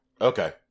Okay